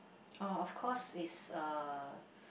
orh of course is uh